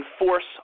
enforce